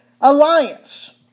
alliance